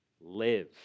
live